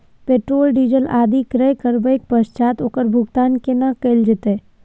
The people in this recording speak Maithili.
पेट्रोल, डीजल आदि क्रय करबैक पश्चात ओकर भुगतान केना कैल जेतै?